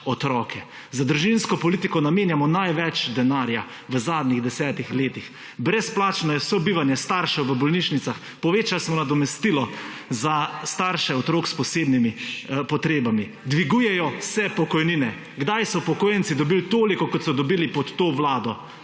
otroke. Za družinsko politiko namenjamo največ denarja v **41. TRAK: (ŠZ) – 16.20** (nadaljevanje) zadnjih desetih letih. Brezplačno je sobivanje staršev v bolnišnicah, povečali smo nadomestilo za starše otrok s posebnimi potrebami. Dvigujejo se pokojnine. Kdaj so upokojenci dobili toliko, kot so dobili pod to vlado?